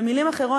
במילים אחרות,